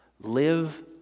live